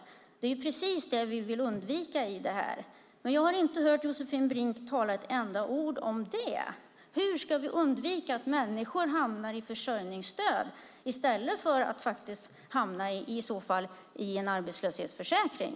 Det är ju precis det vi vill undvika i det här. Men jag har inte hört Josefin Brink tala ett enda ord om det. Hur ska vi undvika att människor hamnar i försörjningsstöd i stället för att faktiskt i så fall hamna i en arbetslöshetsförsäkring?